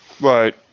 Right